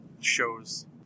shows